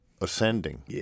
ascending